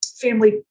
family